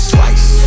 Twice